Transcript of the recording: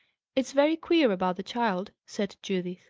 it's very queer about the child! said judith.